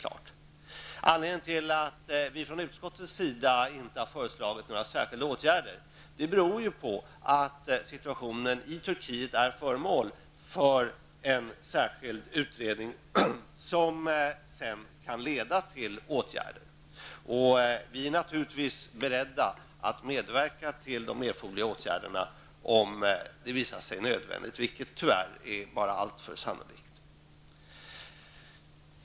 Anledningen till att vi från utskottets sida inte har föreslagit några särskilda åtgärder är ju att situationen i Turkiet är föremål för en särskild utredning, som senare kan leda till åtgärder. Vi är naturligtvis beredda att medverka till de erforderliga åtgärderna om det visar sig nödvändigt, vilket tyvärr är bara alltför sannolikt.